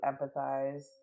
empathize